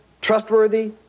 trustworthy